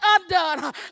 undone